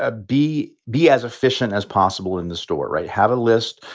ah be be as efficient as possible in the store, right? have a list.